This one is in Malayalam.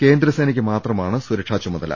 കേന്ദ്രസേനക്ക് മാത്രമാണ് സുരക്ഷാ ചുമതല